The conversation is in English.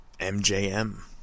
MJM